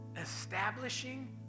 Establishing